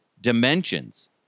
dimensions